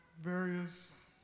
various